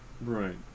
Right